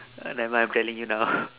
uh nevermind I'm telling you now